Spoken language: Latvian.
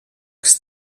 kas